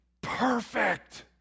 Perfect